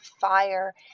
fire